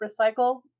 recycle